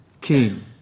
king